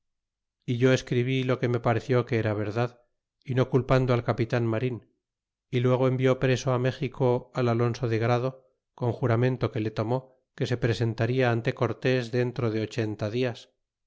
é yo escribí lo que me pareció que era verdad y no culpando al espitan marín y luego envió preso méxico al alonso de grado con juramento que le tomó que se presentarla ante cortés dentro de ochenta dias